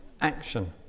action